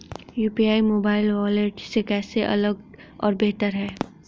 UPI mobile wallet से कैसे अलग और बेहतर है?